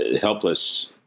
helpless